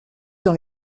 dans